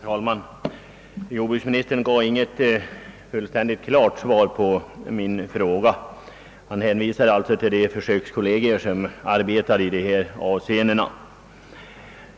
Herr talman! Jordbruksministern gav inte något klart svar på min fråga. Han hänvisade till de försökskollegier som arbetar på dessa områden.